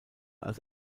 als